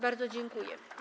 Bardzo dziękuję.